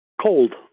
cold